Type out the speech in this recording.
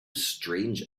strange